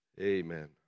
Amen